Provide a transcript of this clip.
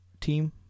team